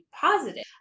positive